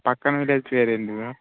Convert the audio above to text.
ఆ పక్కన విలేజ్ పేరేంటి బ్రో